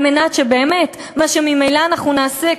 כדי שבאמת מה שממילא אנחנו נעשה,